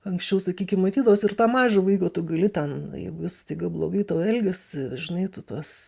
anksčiau sakykim matydavosi ir tą mažą vaiką tu gali ten jeigu jis staiga blogai elgiasi žinai tu tuos